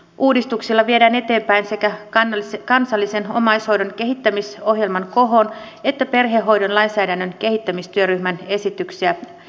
uudistuksella sekä viedään eteenpäin kansallisen omaishoidon kehittämisohjelma kohoa että asteittain eteenpäin perhehoidon lainsäädännön kehittämistyöryhmän esityksiä